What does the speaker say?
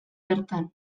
bertan